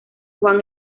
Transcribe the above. juan